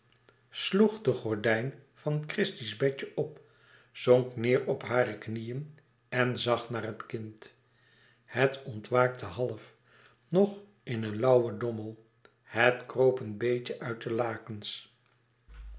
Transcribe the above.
sloeg den gordijn van christie's bedje op zonk neêr op hare knieën en zag naar het kind het ontwaakte half nog in een lauwen dommel het kroop een beetje uit de lakens